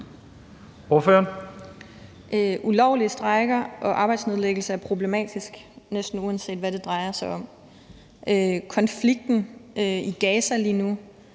Ulovlige strejker og arbejdsnedlæggelser er problematisk, næsten uanset hvad det drejer sig om. Konflikten i Gaza lige nu